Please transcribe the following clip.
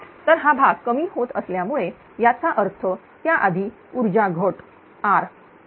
तर हा भाग कमी होत असल्यामुळे याचा अर्थ त्याआधी ऊर्जा घट R